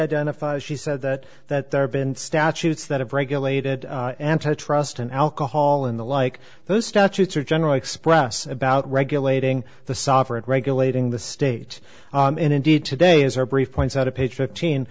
identifies she said that that there have been statutes that have regulated antitrust and alcohol in the like those statutes are generally express about regulating the sovereign regulating the state and indeed today is our brief points out a page fifteen